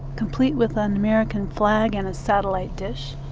complete with an american flag and a satellite d ish.